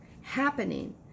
happening